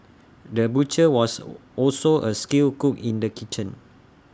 the butcher was also A skilled cook in the kitchen